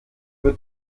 wird